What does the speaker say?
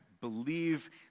believe